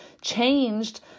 changed